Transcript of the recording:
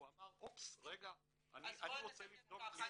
הוא אמר "אופס, רגע, אני רוצה לבדוק מחדש".